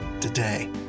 today